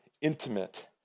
intimate